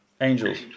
angels